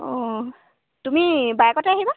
অঁ অঁ তুমি বাইকতে আহিবা